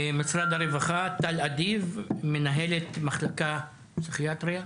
משרד הרווחה, טל אדיב, מנהלת מחלקה פסיכיאטריה.